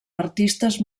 artistes